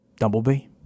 Dumblebee